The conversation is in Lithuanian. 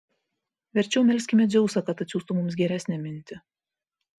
verčiau melskime dzeusą kad atsiųstų mums geresnę mintį